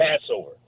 Passover